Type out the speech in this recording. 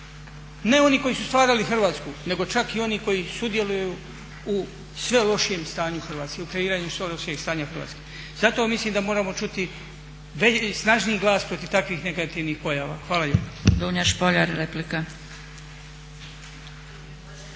ne oni koji su stvarali Hrvatsku, nego čak i oni koji sudjeluju u sve lošijem stanju Hrvatske, u kreiranju sve lošijeg stanja Hrvatske. Zato mislim da moramo čuti snažniji glas protiv takvih negativnih pojava. Hvala lijepa.